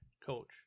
coach